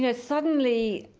you know suddenly